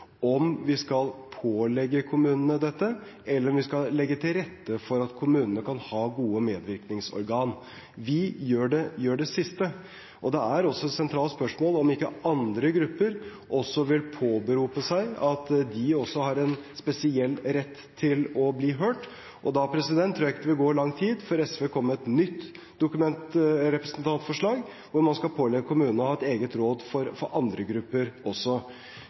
vi skal pålegge kommunene dette, eller hvorvidt vi skal legge til rette for at kommunene kan ha gode medvirkningsorgan. Vi gjør det siste. Det er et sentralt spørsmål om ikke andre grupper også vil påberope seg å ha en spesiell rett til å bli hørt. Da tror jeg ikke det vil gå lang tid før SV kommer med et nytt representantforslag om at man skal pålegge kommunene å ha et eget råd for andre grupper også.